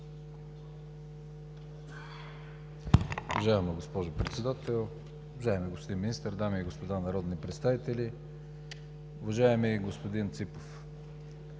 Уважаема госпожо Председател, уважаеми господин Министър, дами и господа народни представители! Уважаеми господин Ципов,